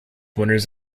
winners